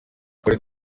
twari